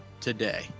today